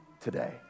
today